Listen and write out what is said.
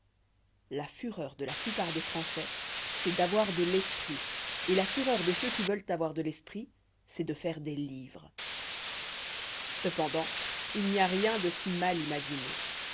la fureur de la plupart des françois c'est d'avoir de l'esprit et la fureur de ceux qui veulent avoir de l'esprit c'est de faire des livres cependant il n'y a rien de si mal imaginé